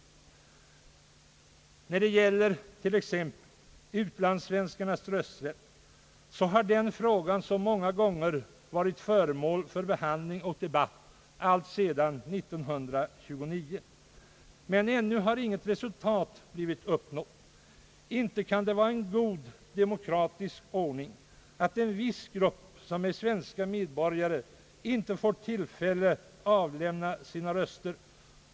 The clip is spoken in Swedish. Utlandssvenskarnas rösträtt t.ex. har många gånger allt sedan år 1929 varit föremål för behandling och debatt, men ännu har inte något resultat uppnåtts. Inte kan det vara en god demokratisk ordning att en viss grupp, som är svenska medborgare, inte får tillfälle att avlämna sina röster.